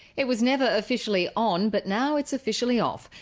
it was never officially on, but now it's officially off.